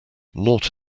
not